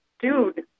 dude